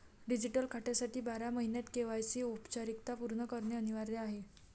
digital खात्यासाठी बारा महिन्यांत के.वाय.सी औपचारिकता पूर्ण करणे अनिवार्य आहे